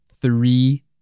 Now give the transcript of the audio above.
three